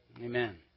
Amen